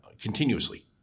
continuously